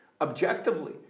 objectively